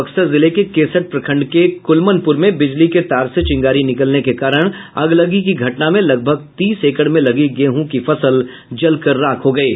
बक्सर जिले के केसठ प्रखंड के क्लमनपुर में बिजली के तार से चिंगारी निकलने के कारण अगलगी की घटना में लगभग तीस एकड़ में लगी गेहूँ की फसल जलकर राख हो गयी